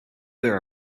there